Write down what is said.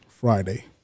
Friday